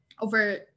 over